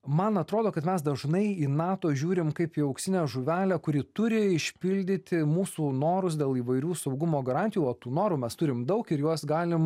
man atrodo kad mes dažnai į nato žiūrim kaip į auksinę žuvelę kuri turi išpildyti mūsų norus dėl įvairių saugumo garantijų o tų norų mes turim daug ir juos galim